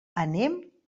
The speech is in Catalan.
anem